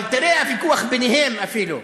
אבל תראה, הוויכוח הוא אפילו ביניהם.